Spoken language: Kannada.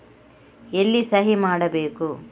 ಎಲ್ಲಿ ಸಹಿ ಮಾಡಬೇಕು?